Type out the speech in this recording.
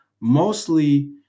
mostly